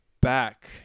back